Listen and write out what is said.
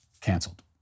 canceled